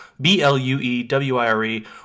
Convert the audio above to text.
B-L-U-E-W-I-R-E